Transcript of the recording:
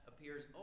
appears